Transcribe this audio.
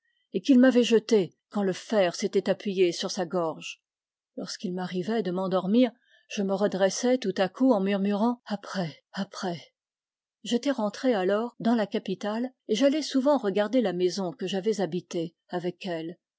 et qu'il m'avait jeté quand le fer s'était appuyé sur sa gorge lorsqu'il m'arrivait de m'endormir je me redressais tout à coup en murmurant après après j'étais rentré alors clans la capitale et j'allais souvent regarder la maison que j'avais habitée avec elle